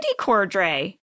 Cordray